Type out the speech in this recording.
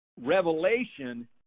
revelation